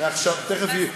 ואני אומר